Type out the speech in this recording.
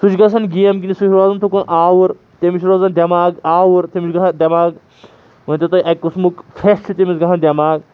سُہ چھِ گَژھان گیم گِنٛدنہِ سُہ چھِ روزَان تُکُن آوُر تٔمِس چھُ روزَان دٮ۪ماغ آوُر تٔمِس چھُ گژھان دٮ۪ماغ مٲنۍ تو تُہۍ اَکہِ قٕسمُک فرٛٮ۪ش چھِ تٔمِس گژھان دٮ۪ماغ